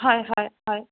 হয় হয় হয়